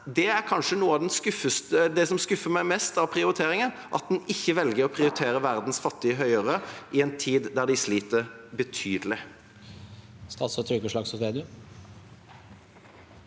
Det er kanskje noe av det som skuffer meg mest av prioriteringer: at en ikke velger å prioritere verdens fattigste høyere i en tid der de sliter betydelig.